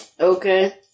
Okay